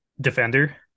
defender